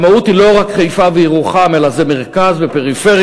והמהות היא לא רק חיפה וירוחם אלא זה מרכז ופריפריה,